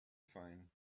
fine